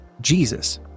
Jesus